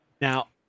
Now